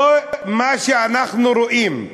זה מה שאנחנו רואים,